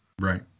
Right